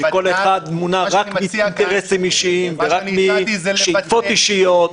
שכל אחד מונע רק מאינטרסים אישיים ורק משאיפות אישיות.